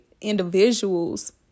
individuals